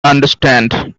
understand